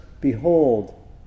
Behold